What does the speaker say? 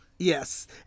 Yes